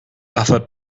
offered